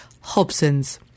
Hobson's